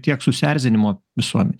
tiek susierzinimo visuomenėj